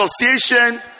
Association